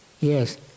Yes